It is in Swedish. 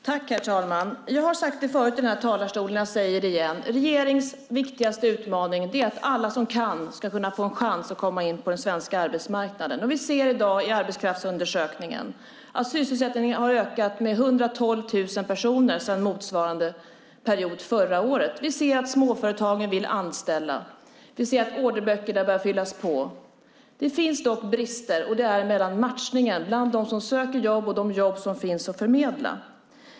Herr talman! Jag har sagt det förut här i talarstolen och säger det igen: Regeringens viktigaste utmaning är att alla som kan ska få en chans att komma in på den svenska arbetsmarknaden. Vi ser i dag i arbetskraftsundersökningen att sysselsättningen har ökat med 112 000 personer sedan motsvarande period förra året. Vi ser att småföretagen vill anställa. Vi ser att orderböckerna börjar fyllas på. Det finns dock brister, och det är när det gäller matchningen mellan dem som söker jobb och de jobb som finns att förmedla.